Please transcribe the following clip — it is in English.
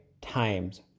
Times